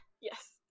Yes